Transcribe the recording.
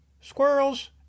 squirrels